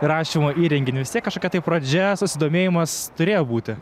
įrašymo įrenginį vis tiek kažkokia tai pradžia susidomėjimas turėjo būti